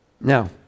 Now